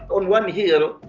on one hill,